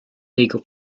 legal